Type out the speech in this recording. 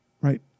right